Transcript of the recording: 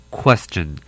question